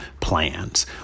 plans